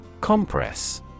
Compress